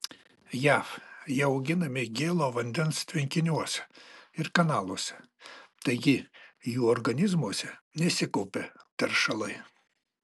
jav jie auginami gėlo vandens tvenkiniuose ir kanaluose taigi jų organizmuose nesikaupia teršalai